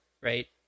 right